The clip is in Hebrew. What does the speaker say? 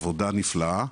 עבודה נפלאה.